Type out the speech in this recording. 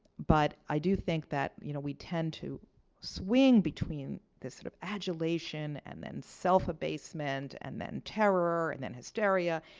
but i do think that you know we tend to swing between this sort of adulation and then self-abasement and then terror and then hysteria.